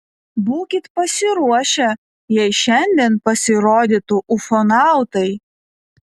būkit pasiruošę jei šiandien pasirodytų ufonautai